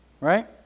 Right